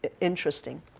interesting